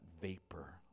vapor